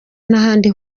n’ahandi